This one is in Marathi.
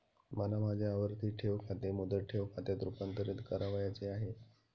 मला माझे आवर्ती ठेव खाते मुदत ठेव खात्यात रुपांतरीत करावयाचे आहे